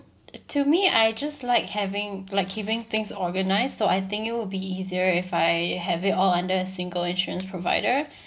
to me I just like having like keeping things organised so I think it will be easier if I have it all under a single insurance provider